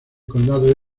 condado